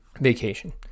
vacation